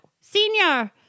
senior